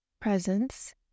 presence